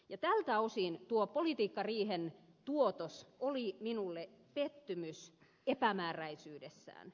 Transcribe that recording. tältä osin tuo politiikkariihen tuotos oli minulle pettymys epämääräisyydessään